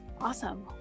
Awesome